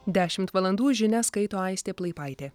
dešimt valandų žinias skaito aistė plaipaitė